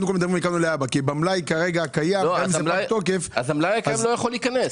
המלאי הקיים לא יכול להיכנס.